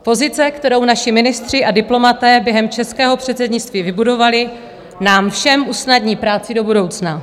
Pozice, kterou naši ministři a diplomaté během českého předsednictví vybudovali, nám všem usnadní práci do budoucna.